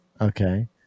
Okay